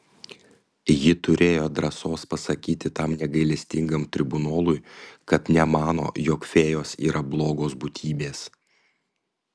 ji turėjo drąsos pasakyti tam negailestingam tribunolui kad nemano jog fėjos yra blogos būtybės